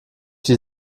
die